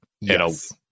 Yes